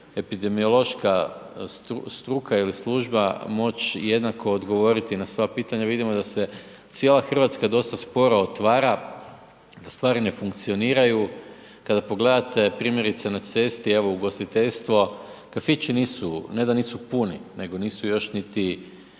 epidemiološka struka ili služba moć jednako odgovoriti na sva pitanja. Vidimo da se cijela RH dosta sporo otvara, stvari ne funkcioniraju. Kada pogledate primjerice na cesti, evo ugostiteljstvo, kafići nisu, ne da nisu puni, nego nisu još niti